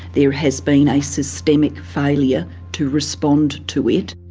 there has been a systemic failure to respond to it.